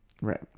right